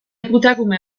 putakume